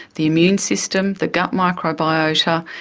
the immune system, the gut microbiota,